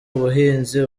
ubuhinzi